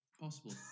Possible